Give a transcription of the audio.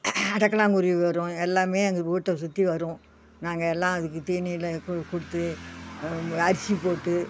தட்டுனாங்குருவி வரும் எல்லாம் எங்கள் வீட்டை சுற்றி வரும் நாங்கள் எல்லாம் அதுக்கு தீனியில் கு கொடுத்து அரிசிப் போட்டு